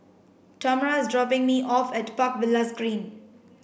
Tamra is dropping me off at Park Villas Green